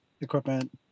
equipment